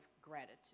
gratitude